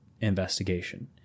investigation